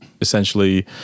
essentially